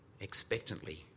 expectantly